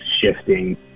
shifting